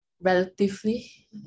relatively